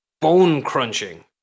bone-crunching